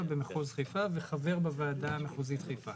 במחוז חיפה וחבר בוועדה המחוזית בחיפה